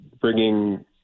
bringing